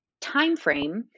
timeframe